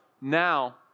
now